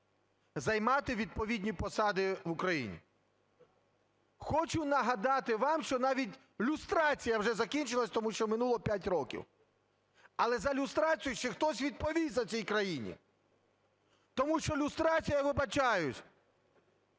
займати відповідні посади в Україні. Хочу нагадати вам, що навіть люстрація вже закінчилась, тому що минуло 5 років. Але за люстрацію ще хтось відповість в цій в країні, тому що люстрація, я вибачаюсь,